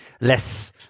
less